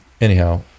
Anyhow